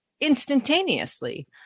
instantaneously